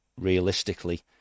realistically